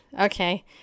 Okay